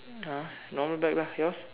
!huh! normal bag lah yours